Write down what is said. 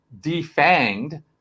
defanged